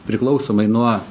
priklausomai nuo